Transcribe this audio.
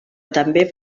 també